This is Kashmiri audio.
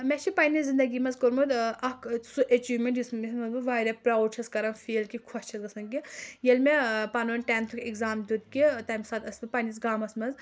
مےٚ چھُ پَنٕنہِ زنٛدگی منٛز کوٚرمُت اکھ سُہ ایٚچیومیٚنٛٹ یُس مےٚ یتھ منٛز بہٕ واریاہ پرٛوُڈ چھَس کران فیٖل کہِ خۄش چھَس گژھان کہِ ییٚلہِ مےٚ پَنُن ٹیٚنٛتُھک ایٚکزام دیُت کہِ تَمہِ ساتہٕ ٲسٕس بہٕ پَنٕنِس گامَس منٛز